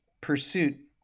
pursuit